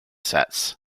sets